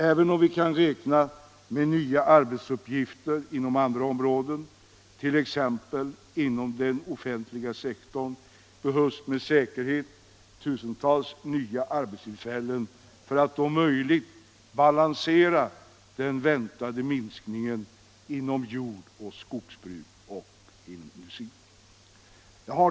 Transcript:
Även om vi kan räkna med nya arbetsuppgifter inom andra områden, t.ex. inom den offentliga sektorn, behövs med säkerhet tusentals nya arbetstillfällen för att om möjligt balansera den väntade minskningen inom jord och skogsbruk samt industri.